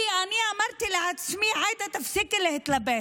כי אני אמרתי לעצמי: עאידה, תפסיקי להתלבט.